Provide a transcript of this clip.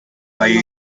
eye